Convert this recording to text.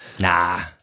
Nah